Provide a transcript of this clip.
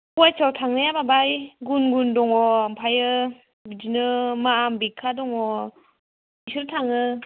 सयथायाव थांनाया माबाहाय गुनगुन दङ ओमफ्रायो बिदिनो मा अम्बिका दङ बिसोर थाङो